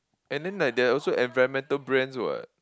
and then like there are also environmental brands what